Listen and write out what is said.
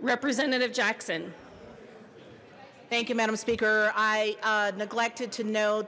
representative jackson thank you madam speaker i neglected to no